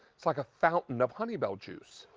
it's like a fountain of honey bulges.